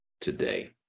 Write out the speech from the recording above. today